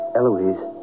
Eloise